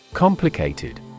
Complicated